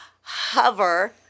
hover